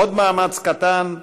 עוד מאמץ קטן,